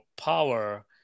power